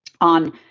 on